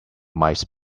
mice